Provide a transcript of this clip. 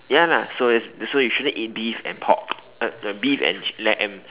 ya lah so you that's why you shouldn't eat beef and pork uh sorry beef and lamb